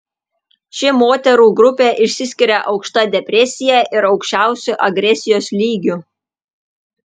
ši moterų grupė išsiskiria aukšta depresija ir aukščiausiu agresijos lygiu